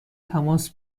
تماس